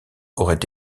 aurait